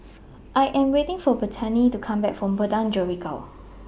I Am waiting For Bethany to Come Back from Padang Jeringau